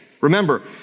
remember